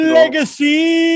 legacy